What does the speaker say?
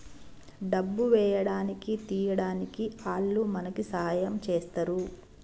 డబ్బు వేయడానికి తీయడానికి ఆల్లు మనకి సాయం చేస్తరు